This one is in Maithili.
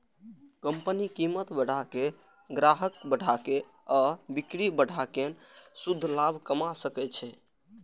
कंपनी कीमत बढ़ा के, ग्राहक बढ़ा के आ बिक्री बढ़ा कें शुद्ध लाभ कमा सकै छै